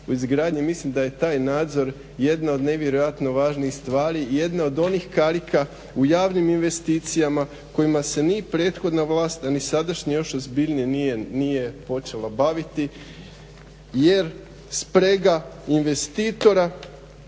u izgradnji, mislim da je taj nadzor jedna od nevjerojatno važnih stvari jedna od onih karika u javnim investicijama kojima se ni prethodna vlast, a ni sadašnje još ozbiljnije nije počela baviti jer sprega investitora